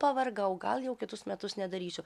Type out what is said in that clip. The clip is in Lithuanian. pavargau gal jau kitus metus nedarysiu